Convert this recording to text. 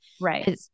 Right